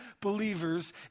believers